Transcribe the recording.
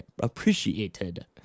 appreciated